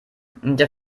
der